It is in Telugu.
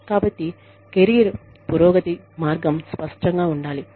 కాబట్టి కెరీర్ పురోగతి మార్గం స్పష్టంగా ఉండాలి